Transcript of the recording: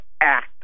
Act